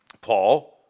Paul